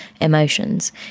emotions